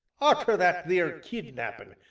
arter that theer kidnappin',